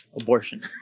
abortion